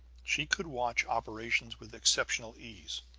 she could watch operations with exceptional ease.